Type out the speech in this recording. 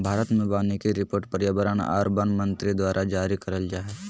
भारत मे वानिकी रिपोर्ट पर्यावरण आर वन मंत्री द्वारा जारी करल जा हय